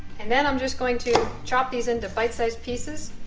and then i'm just going to chop these into bite-sized pieces